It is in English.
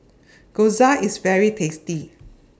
Gyoza IS very tasty